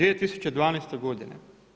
2012. godine.